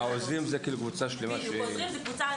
עוזרים זה קבוצה רחבה.